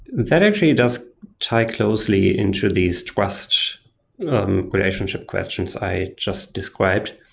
that actually does tie closely into these trust relationship questions i just described.